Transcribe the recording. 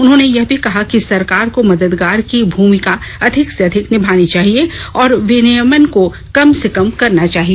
उन्होंने यह भी कहा कि सरकार को मददगार की भूमिका अधिक से अधिक निभानी चाहिए और विनियमन को कम से कम करना चाहिए